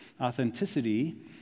Authenticity